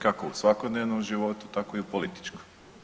Kako u svakodnevnom životu, tako i u političkom.